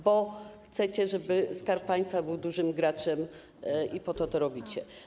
Bo chcecie, żeby Skarb Państwa był dużym graczem, i po to to robicie.